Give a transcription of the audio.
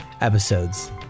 episodes